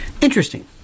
interesting